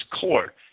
court